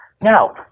Now